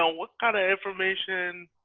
um what kind of information,